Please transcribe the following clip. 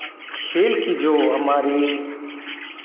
खेल की जो हमारी